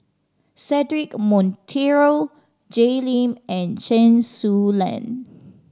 Cedric Monteiro Jay Lim and Chen Su Lan